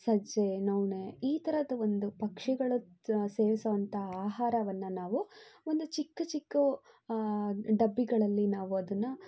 ಸಜ್ಜೆ ನವಣೆ ಈ ಥರದ ಒಂದು ಪಕ್ಷಿಗಳು ಸೇವಿಸುವಂತ ಆಹಾರವನ್ನು ನಾವು ಒಂದು ಚಿಕ್ಕ ಚಿಕ್ಕ ಡಬ್ಬಿಗಳಲ್ಲಿ ನಾವು ಅದನ್ನು